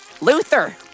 Luther